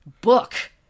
book